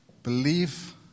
believe